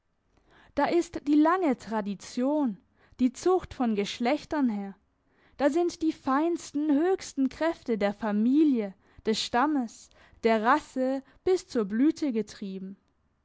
da ist die lange tradition die zucht von geschlechtern her da sind die feinsten höchsten kräfte der familie des stammes der rasse bis zur blüte getrieben